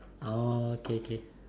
oh okay okay